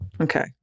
Okay